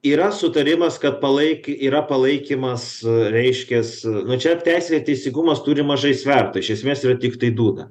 yra sutarimas kad palaik yra palaikymas reiškias nu čiap teisė ir teisingumas turi mažai svertų iš esmės yra tiktai dūda